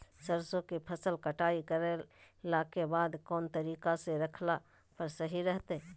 सरसों के फसल कटाई करला के बाद कौन तरीका से रखला पर सही रहतय?